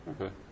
Okay